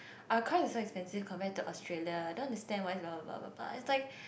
our car is so expensive compared to Australia I don't understand why you want to blah blah blah it's like